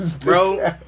Bro